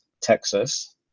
Texas